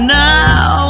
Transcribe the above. now